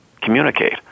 communicate